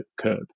curb